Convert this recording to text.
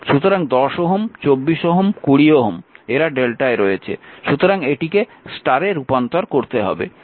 সুতরাং 10 Ω 24 Ω 20 Ω এরা Δ এ রয়েছে সুতরাং এটিকে Y এ রূপান্তর করতে হবে